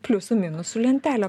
pliusų minusų lentelę